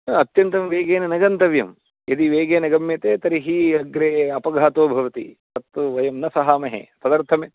अ अत्यन्तं वेगेन न गन्तव्यं यदि वेगेन गम्यते तर्हि अग्रे अपघातो भवति तत्तु वयं न सहामहे तदर्थं मे